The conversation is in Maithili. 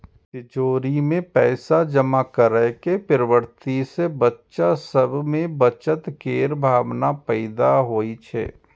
तिजौरी मे पैसा जमा करै के प्रवृत्ति सं बच्चा सभ मे बचत केर भावना पैदा होइ छै